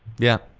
yeah,